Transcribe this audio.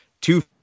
two